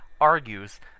argues